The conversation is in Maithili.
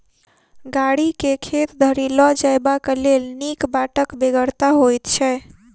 गाड़ी के खेत धरि ल जयबाक लेल नीक बाटक बेगरता होइत छै